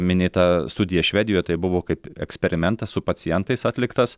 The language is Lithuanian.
minėta studija švedijoje tai buvo kaip eksperimentas su pacientais atliktas